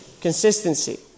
consistency